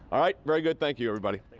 ah very good, thank you everybody.